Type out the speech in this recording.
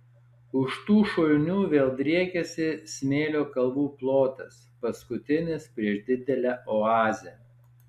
už tų šulinių vėl driekiasi smėlio kalvų plotas paskutinis prieš didelę oazę